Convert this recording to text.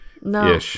no